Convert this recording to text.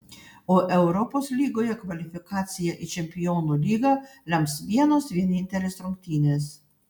o europos lygoje kvalifikaciją į čempionų lygą lems vienos vienintelės rungtynės